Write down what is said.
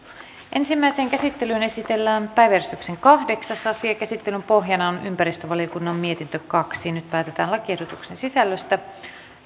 ensimmäiseen käsittelyyn esitellään päiväjärjestyksen kahdeksas asia käsittelyn pohjana on ympäristövaliokunnan mietintö kaksi nyt päätetään lakiehdotuksen sisällöstä